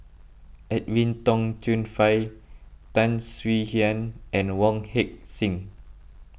Edwin Tong Chun Fai Tan Swie Hian and Wong Heck Sing